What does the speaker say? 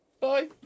Bye